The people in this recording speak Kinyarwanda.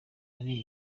hari